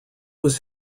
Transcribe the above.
was